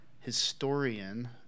historian